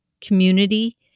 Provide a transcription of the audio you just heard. community